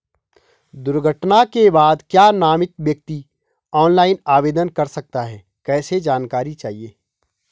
दुर्घटना के बाद क्या नामित व्यक्ति ऑनलाइन आवेदन कर सकता है कैसे जानकारी चाहिए?